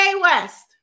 West